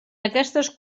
aquestes